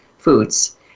foods